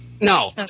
no